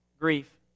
grief